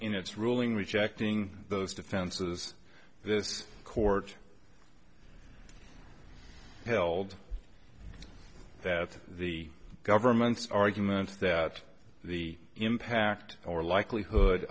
its ruling rejecting those defenses the court held that the government's arguments that the impact or likelihood